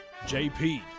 JP